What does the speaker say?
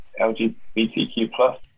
LGBTQ+